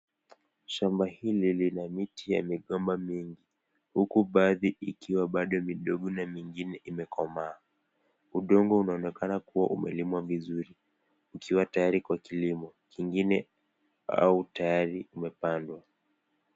Shamba hili lina miti ya migomba mingi, huku baadhi ikiwa midogo na nyingine imekomaa. Udongo unaonekana kuwa umelimwa vizuri ukiwa tayari kwa kilimo kingine au tayari umepandwa.